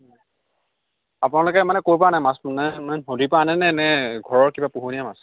আপোনালোকে মানে ক'ৰ পৰা আনে মাছ মানে নদীৰ পৰা আনে নে ঘৰৰ কিবা পোহনীয়া মাছ